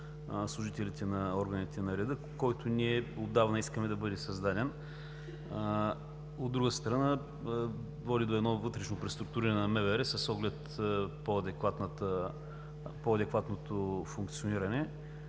служителите на органите на реда, който ние отдавна искаме да бъде създаден. От друга страна, води до едно вътрешно преструктуриране с МВР, с оглед по-адекватното функциониране.